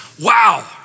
Wow